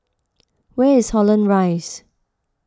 where is Holland Rise